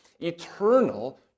Eternal